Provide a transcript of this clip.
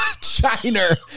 china